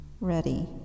ready